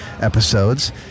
episodes